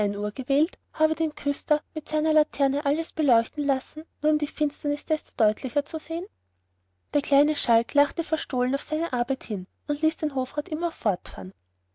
gewählt habe den küster mit seiner laterne alles beleuchten lassen nur um die finsternis desto deutlicher zu sehen der kleine schalk lachte verstohlen auf seine arbeit hin und ließ den hofrat immer